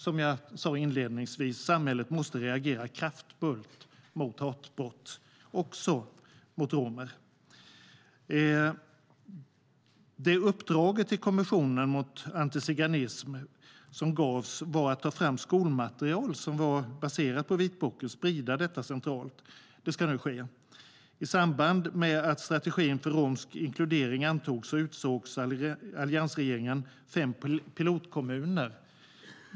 Som jag sa inledningsvis måste samhället reagera kraftfullt mot hatbrott, även mot romer. Det uppdrag som Kommissionen mot antiziganism gavs var att ta fram skolmaterial baserat på vitboken och sprida det centralt. Det ska nu ske. I samband med att strategin för romsk inkludering antogs utsåg alliansregeringen fem pilotkommuner.